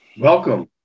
Welcome